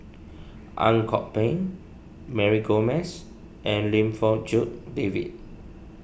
Ang Kok Peng Mary Gomes and Lim Fong Jock David